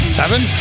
seven